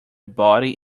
body